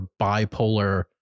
bipolar